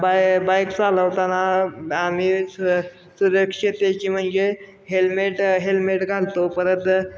bye bike चालवताना आम्ही सु सुरक्षिततेची म्हणजे हेल्मेट हेल्मेट घालतो परत